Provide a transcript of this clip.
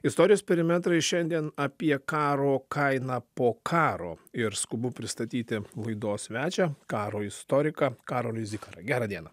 istorijos perimetrai šiandien apie karo kainą po karo ir skubu pristatyti laidos svečią karo istoriką karolį zikarą gerą dieną